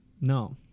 No